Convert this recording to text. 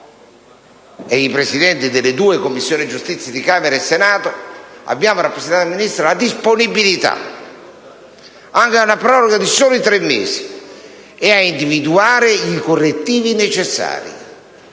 e i Presidenti delle due Commissioni giustizia di Camera e Senato hanno dimostrato al Ministro la disponibilita anche a una proroga di soli tre mesi e a individuare i correttivi necessari.